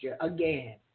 again